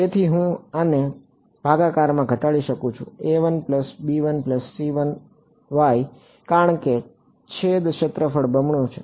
તેથી હું આને ભાગાકારમાં ઘટાડી શકું છું કારણ કે છેદ ક્ષેત્રફળના બમણું છે